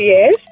Yes